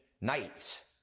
nights